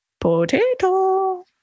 potato